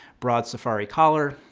broad safari collar.